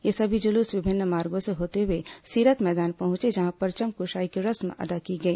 ये सभी जुलूस विभिन्न मार्गो से होते हुए सीरत मैदान पहुंचे जहां परचम कुशाई की रस्म अदा की गई